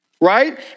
Right